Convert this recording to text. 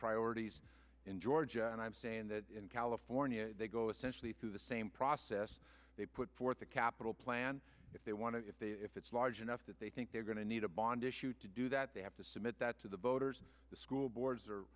priorities in georgia and i'm saying that in california they go essentially through the same process they put forth the capital plan if they want to if they if it's large enough that they think they're going to need a bond issue to do that they have to submit that to the voters and the school boards